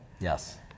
yes